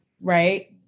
Right